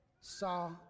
saw